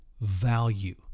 value